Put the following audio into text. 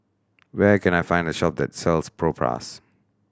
where can I find a shop that sells Propass